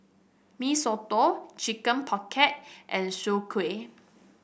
Mee Soto Chicken Pocket and Soon Kway